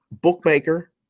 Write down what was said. bookmaker